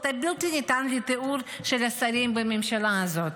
הבלתי ניתן לתיאור של השרים בממשלה הזאת.